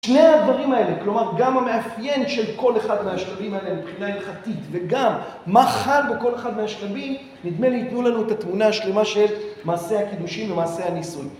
שני הדברים האלה, כלומר, גם המאפיין של כל אחד מהשלבים האלה מבחינה הלכתית, וגם מה חל בכל אחד מהשלבים, נדמה לי יתנו לנו את התמונה השלימה של מעשי הקידושין ומעשי הניסוי.